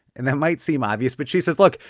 and that might seem obvious, but she says, look.